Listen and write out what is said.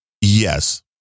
Yes